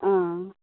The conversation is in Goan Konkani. आं